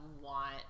want